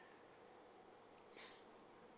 so